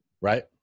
Right